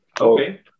Okay